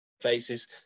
faces